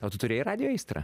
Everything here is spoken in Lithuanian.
o tu turėjai radijo aistrą